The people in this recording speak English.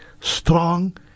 strong